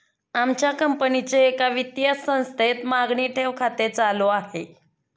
आमच्या कंपनीचे एका वित्तीय संस्थेत मागणी ठेव खाते चालू आहे